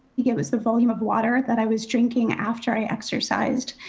it was the volume of water that i was drinking after i exercised.